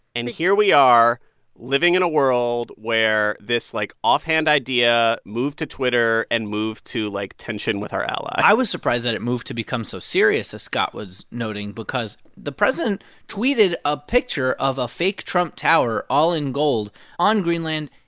and here we are living in a world where this, like, offhand idea moved to twitter and moved to, like, tension with our ally i was surprised that it moved to become so serious, as scott was noting, because the president tweeted a picture of a fake trump tower all in gold on greenland,